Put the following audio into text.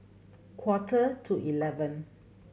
quarter to eleven